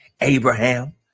abraham